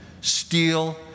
steel